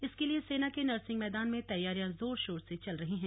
इसके लिए सेना के नर सिंह मैदान में तैयारियां जोरशोर से चल रही हैं